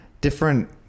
different